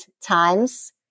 times